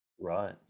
Right